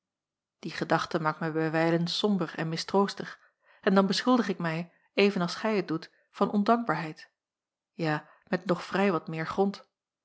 die gedachte maakt mij bij wijlen somber en mistroostig en dan beschuldig ik mij even als gij het doet van ondankbaarheid ja met nog vrij wat meer grond